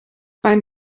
beim